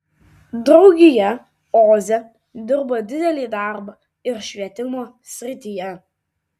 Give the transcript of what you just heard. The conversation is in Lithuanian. draugija oze dirbo didelį darbą ir švietimo srityje